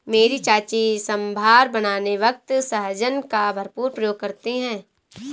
मेरी चाची सांभर बनाने वक्त सहजन का भरपूर प्रयोग करती है